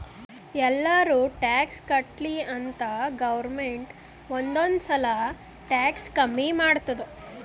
ಎಲ್ಲಾರೂ ಟ್ಯಾಕ್ಸ್ ಕಟ್ಲಿ ಅಂತ್ ಗೌರ್ಮೆಂಟ್ ಒಂದ್ ಒಂದ್ ಸಲಾ ಟ್ಯಾಕ್ಸ್ ಕಮ್ಮಿ ಮಾಡ್ತುದ್